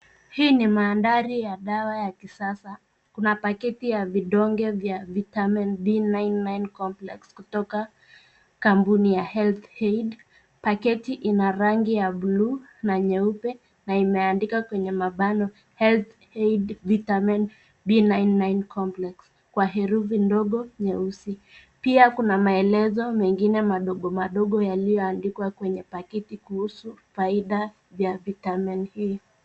Hii ni mandhari ya dawa ya kisasa. Kuna paketi ya vidonge vya vitamin B99 complex kutoka kampuni ya healthaid . Paketi ina rangi ya bluu na nyeupe na imendikwa kwenye mabano HeathAid vitamin B99 complex kwa herufi ndogo nyeusi. Pia kuna maelezo mengine madogo madogo yaliyoandikwa kwenye paketi kuhusu faida ya vitamin hii.